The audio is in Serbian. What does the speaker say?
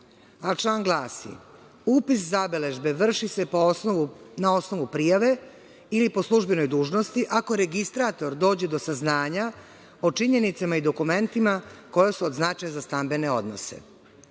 a član glasi: „Upis zabeležbe vrši se na osnovu prijave ili po službenoj dužnosti, ako Registrator dođe do saznanja o činjenicama i dokumentima koji su od značaja za stambene odnose.“Ako